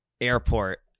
airport